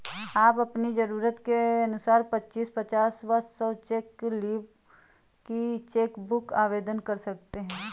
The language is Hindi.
आप अपनी जरूरत के अनुसार पच्चीस, पचास व सौ चेक लीव्ज की चेक बुक आवेदन कर सकते हैं